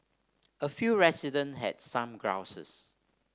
a few resident had some grouses